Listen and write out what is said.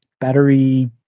Battery